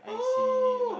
oh